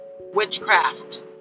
witchcraft